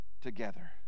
together